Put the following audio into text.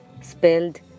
spelled